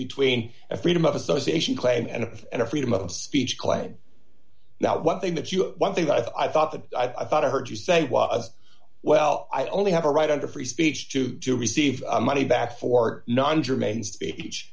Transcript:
between a freedom of association claim and of a freedom of speech claim that one thing that you one thing i thought that i thought i heard you say well i only have a right under free speech to do receive money back for non germane speech